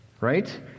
right